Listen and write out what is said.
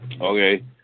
Okay